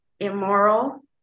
immoral